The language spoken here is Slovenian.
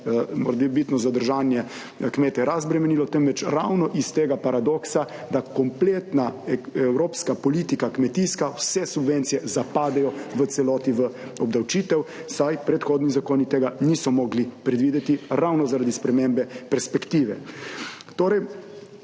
morebitno zadržanje kmete razbremenilo, temveč ravno iz tega paradoksa, da kompletna evropska politika, kmetijska, vse subvencije zapadejo v celoti v obdavčitev, saj predhodni zakoni tega niso mogli predvideti ravno zaradi spremembe perspektive. Torej,